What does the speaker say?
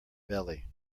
belly